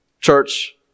Church